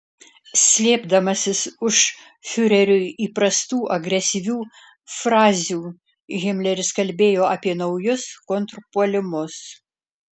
slėpdamasis už fiureriui įprastų agresyvių frazių himleris kalbėjo apie naujus kontrpuolimus